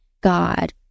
God